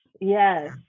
Yes